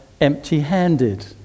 empty-handed